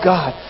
God